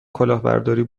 کلاهبرداری